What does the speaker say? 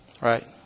Right